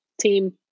team